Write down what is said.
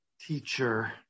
teacher